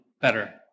better